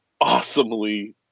awesomely